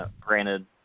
Granted